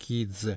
Kids